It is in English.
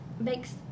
makes